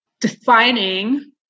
defining